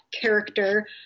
character